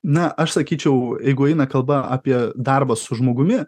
na aš sakyčiau jeigu eina kalba apie darbą su žmogumi